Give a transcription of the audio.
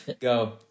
go